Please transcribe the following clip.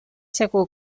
segur